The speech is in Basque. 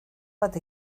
bat